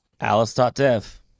Alice.dev